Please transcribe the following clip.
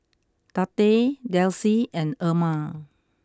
Tate Delcie and Erma